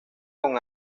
con